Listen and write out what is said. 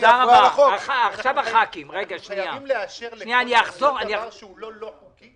אנחנו חייבים לאשר כל דבר שהוא לא לא חוקי?